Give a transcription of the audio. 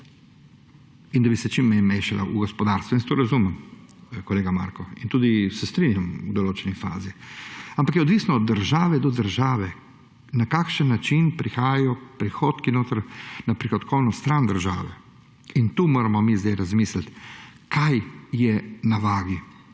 in da bi se čim manj mešala v gospodarstvo. Jaz to razumem, kolega Marko, in tudi se strinjam v določeni fazi. Ampak je odvisno od države do države, na kakšen način prihajajo prihodki na prihodkovno stran države. In tukaj moramo mi zdaj razmisliti, kaj je na vagi.